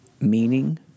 meaning